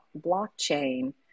blockchain